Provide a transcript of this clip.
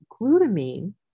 glutamine